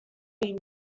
bean